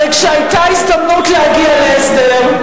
הרי כשהיתה הזדמנות להגיע להסדר,